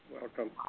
Welcome